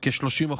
בכ-30%.